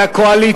מהקואליציה.